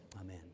amen